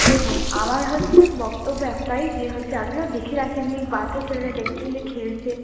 দেখুন আমার হচ্ছে বক্তব্য একটাই যে হচ্ছে আপনারা দেখে রাখেননি বাচ্চা ছেলে দেখছেন যে খেলছে